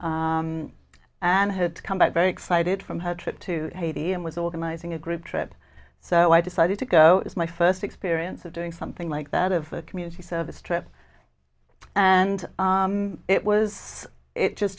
and i had come back very excited from her trip to haiti and was organizing a group trip so i decided to go it was my first experience of doing something like that of a community service trip and it was it just